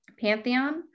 Pantheon